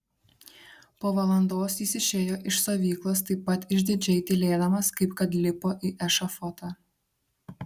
po valandos jis išėjo iš stovyklos taip pat išdidžiai tylėdamas kaip kad lipo į ešafotą